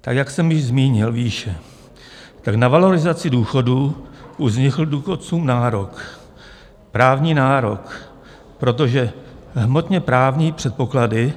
Tak jak jsem již zmínil výše, tak na valorizaci důchodů už vznikl důchodcům právní nárok, protože hmotněprávní předpoklady